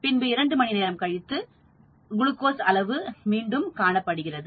பின்பு இரண்டு மணி நேரத்திற்குப் பிறகு குளுக்கோஸ் அளவு மீண்டும் காணப்படுகிறது